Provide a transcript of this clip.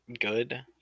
good